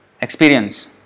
experience